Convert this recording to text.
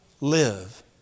live